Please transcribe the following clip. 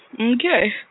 Okay